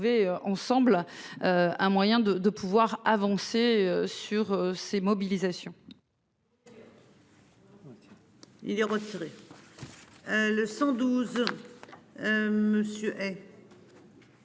ensemble. Un moyen de de pouvoir avancer sur ces mobilisations.